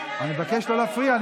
אני אבקש לא להפריע.